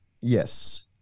yes